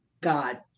God